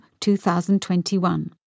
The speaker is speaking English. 2021